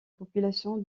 population